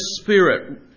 spirit